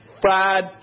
fried